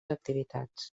activitats